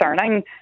concerning